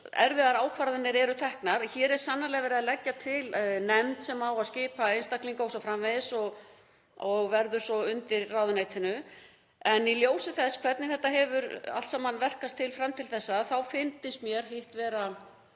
erfiðar ákvarðanir eru teknar. Hér er sannarlega verið að leggja til nefnd sem á að skipa einstaklinga o.s.frv. og verður svo undir ráðuneytinu en í ljósi þess hvernig þetta hefur allt saman verkast til fram til þessa þá fyndist mér hitt vera